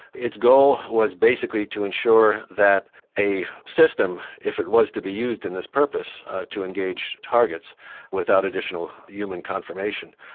its goal was basically to ensure that a system, if it was to be used in this purpose to engage targets without additional human confirmation,